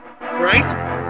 Right